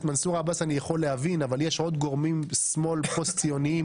את מנסור עבאס אני יכול להבין אבל יש עוד גורמי שמאל פוסט ציוניים